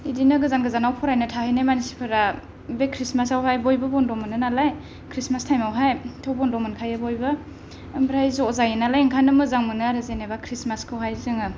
बिदिनो गोजान गोजानाव फरायनो थाहैनाय मानसिफोरा बे खृष्टमासावहाय बयबो बन्द' मोनो नालाय खृष्टमास टाइमावहायथ' बन्द' मोनखायो बयबो ओमफ्राय ज' जायो नालाय ओंखायनो मोजां मोनो आरो जेन'बा खृष्टमासखौहाय जोङो